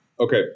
Okay